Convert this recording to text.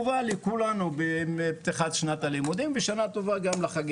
מתווה פתיחת שנת הלימודים שמגיעה אלינו ב-1 בספטמבר.